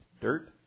dirt